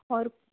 और